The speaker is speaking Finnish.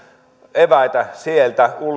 eväitä sieltä